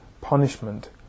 punishment